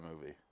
movie